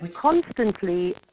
constantly